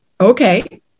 okay